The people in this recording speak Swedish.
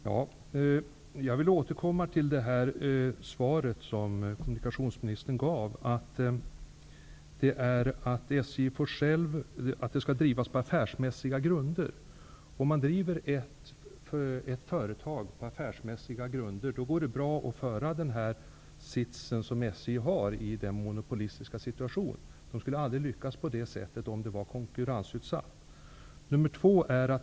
Herr talman! Jag vill återkomma till det svar kommunikationsministern gav, att SJ skall drivas på affärsmässiga grunder. Om man driver ett företag på affärsmässiga grunder går det bra att följa den linje som SJ gör i en monopolistisk situation. Företaget skulle aldrig lyckas på det sättet om det var konkurrensutsatt.